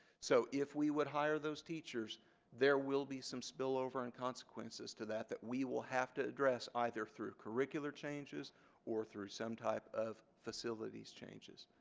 so if we would hire those teachers there will be some spillover and consequences to that that we will have to address either through curricular changes or through some type of facilities changes.